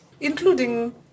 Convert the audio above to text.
including